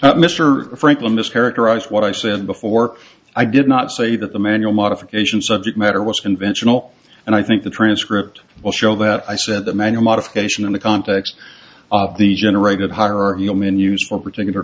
otherwise mr franklin mischaracterized what i said before i did not say that the manual modification subject matter was conventional and i think the transcript will show that i said the man a modification in the context of the generated higher menus for particular